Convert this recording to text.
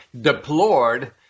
deplored